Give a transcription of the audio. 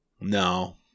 No